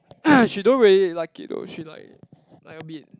she don't really like it though she like like a bit